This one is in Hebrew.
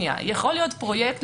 יכול להיות פרויקט,